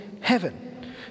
heaven